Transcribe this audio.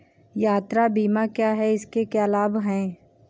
यात्रा बीमा क्या है इसके क्या लाभ हैं?